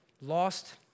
lost